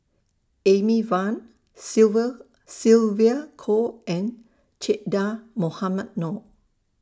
Amy Van Sylvia Kho and Che Dah Mohamed Noor